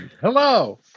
Hello